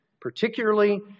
particularly